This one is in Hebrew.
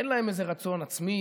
אין להם איזה רצון עצמי.